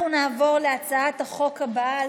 אנחנו נעבור להצעת החוק הבאה בסדר-היום,